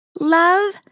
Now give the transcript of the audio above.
love